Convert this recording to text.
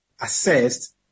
assessed